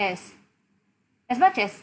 as as much as